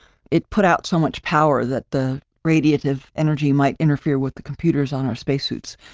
it put out so much power that the radiative energy might interfere with the computers on our spacesuits.